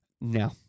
No